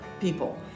people